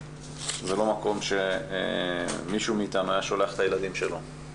זה לא מקום שמישהו מאיתנו היה שולח אליו את הילדים שלו.